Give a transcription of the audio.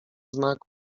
znak